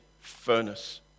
furnace